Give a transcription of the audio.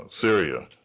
Syria